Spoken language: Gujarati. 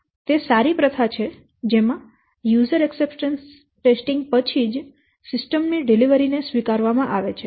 તે સારી પ્રથા છે જેમાં યુઝર સ્વીકૃતિ પરીક્ષણ પછી જ સિસ્ટમ ની ડિલિવરી ને સ્વીકારવામાં આવે છે